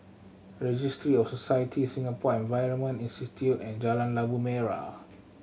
Registry of Society Singapore Environment Institute and Jalan Labu Merah